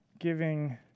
giving